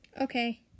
Okay